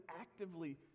actively